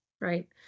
right